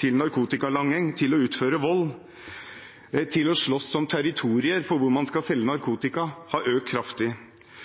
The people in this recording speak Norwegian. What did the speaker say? til narkotikalanging, til å utføre vold, til å slåss om territorier for hvor man skal selge narkotika, har økt kraftig.